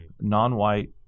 non-white